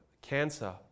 cancer